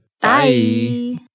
Bye